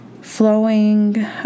flowing